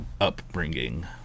upbringing